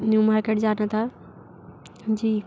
new Market जाना था जी